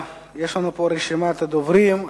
יש לנו פה רשימת דוברים.